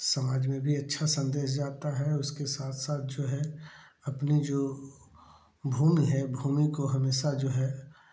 समाज में भी अच्छा सन्देश जाता है उसके साथ साथ जो है अपनी जो भूमि है भूमि को हमेशा जो है